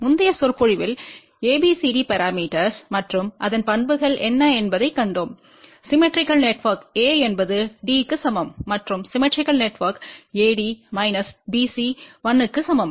முந்தைய சொற்பொழிவில் ABCD parameters மற்றும் அதன் பண்புகள் என்ன என்பதைக் கண்டோம் சிம்மெட்ரிக்கல் நெட்வொர்க்கிற்கு A என்பது D க்கு சமம் மற்றும் symmetrical network AD minus BC 1 க்கு சமம்